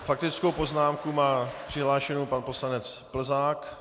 Faktickou poznámku má přihlášenu pan poslanec Plzák.